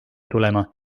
tulema